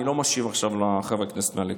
אני לא משיב עכשיו לחברי הכנסת מהליכוד.